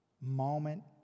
moment